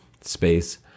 space